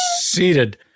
seated